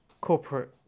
corporate